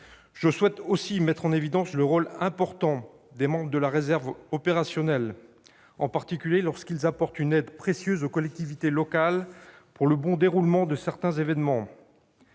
Je souhaite aussi mettre en évidence le rôle important des membres de la réserve opérationnelle, en particulier lorsqu'ils apportent une aide précieuse aux collectivités locales pour le bon déroulement de certains événements.